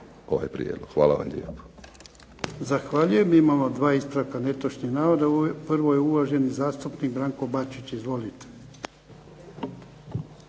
vam lijepa. **Jarnjak, Ivan (HDZ)** Zahvaljujem. Imamo dva ispravka netočnog navoda. Prvo je uvaženi zastupnik Branko BAčić. Izvolite.